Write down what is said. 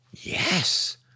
yes